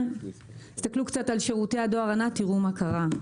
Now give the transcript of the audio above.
ותראו מה קרה.